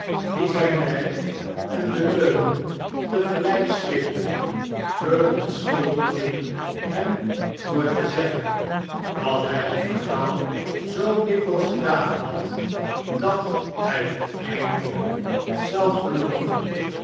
die zijn wijn en de leugen tegelijk slikten verontschuldigden hem door te zeggen dat hij het verhaal zoo dikwijls gedaan bad dat hij het eindelijk zelf geloofde